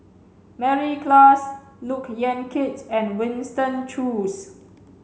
Mary Klass Look Yan Kit and Winston Choos